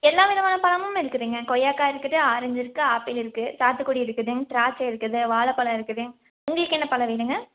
எல்லா விதமான பழமும் இருக்குதுங்க கொய்யாக்காய் இருக்குது ஆரஞ்சு இருக்குது ஆப்பிள் இருக்குது சாத்துக்குடி இருக்குது திராட்சை இருக்குது வாழைப்பழம் இருக்குது உங்களுக்கு என்ன பழம் வேணுங்க